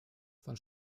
von